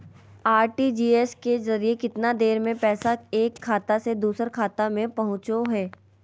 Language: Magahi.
आर.टी.जी.एस के जरिए कितना देर में पैसा एक खाता से दुसर खाता में पहुचो है?